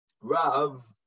Rav